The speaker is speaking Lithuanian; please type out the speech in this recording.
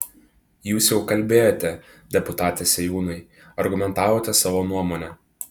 jūs jau kalbėjote deputate sėjūnai argumentavote savo nuomonę